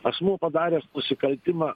asmuo padaręs nusikaltimą